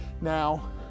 now